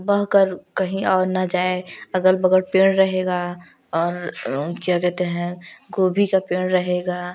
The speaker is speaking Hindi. बहकर कहीं और ना जाए अगल बगल पेड़ रहेगा और क्या कहते हैं गोभी का पेड़ रहेगा